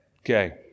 Okay